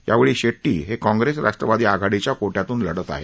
यावेळी शेट्टी हे काँग्रेस राष्ट्रवादी आघाडीच्या कोट्यातून लढत आहेत